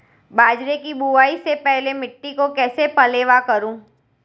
बाजरे की बुआई से पहले मिट्टी को कैसे पलेवा करूं?